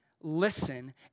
listen